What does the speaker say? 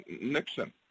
Nixon